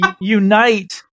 unite